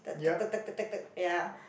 the ya